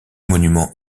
monument